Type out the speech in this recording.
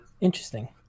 interesting